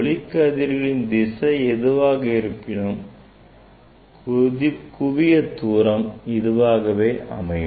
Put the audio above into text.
ஒளிக்கதிர்களின் திசை எதுவாக இருப்பினும் குவியத் தூரம் இவ்வாறே அமையும்